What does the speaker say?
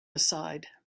aside